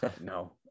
no